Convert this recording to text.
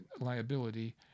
liability